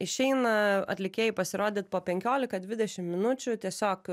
išeina atlikėjai pasirodyt po penkiolika dvidešim minučių tiesiog